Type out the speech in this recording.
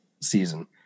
season